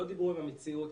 לא דיברו עם המציאות.